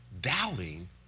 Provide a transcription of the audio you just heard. doubting